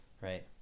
right